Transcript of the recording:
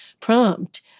prompt